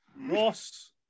Ross